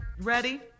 Ready